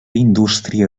indústria